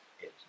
Yes